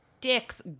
Dicks